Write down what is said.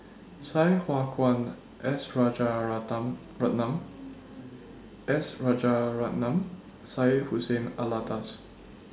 Sai Hua Kuan S S Rajaratnam Syed Hussein Alatas